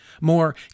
more